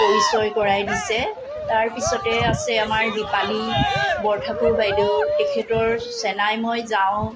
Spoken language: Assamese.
পৰিচয় কৰাই দিছে তাৰপিছতে আছে আমাৰ দীপালী বৰঠাকুৰ বাইদেউ তেখেতৰ চেনাই মই যাওঁ